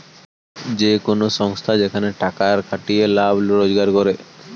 যে কোন সংস্থা যেখানে টাকার খাটিয়ে লাভ রোজগার করে